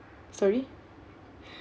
sorry